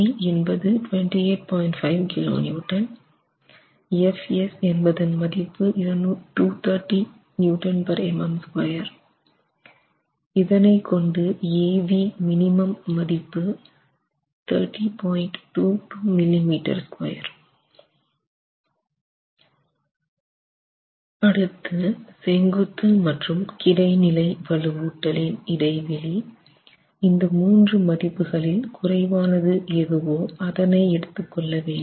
5 kN Fs என்பதன் மதிப்பு 230 MPa இதனைக் கொண்டு Avmin மதிப்பு அடுத்து செங்குத்து மற்றும் கிடைநிலை வலுவூட்டல் இன் இடைவெளி இந்த மூன்று மதிப்புகளில் குறைவானது எதுவோ அதனை எடுத்து கொள்ள வேண்டும்